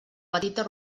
petita